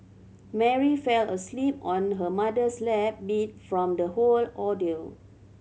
Mary fell asleep on her mother's lap beat from the whole ordeal